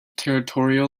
territorial